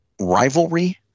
Rivalry